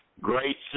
great